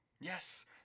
Yes